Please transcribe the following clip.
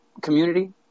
Community